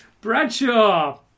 Bradshaw